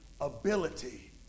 ability